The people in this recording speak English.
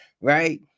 right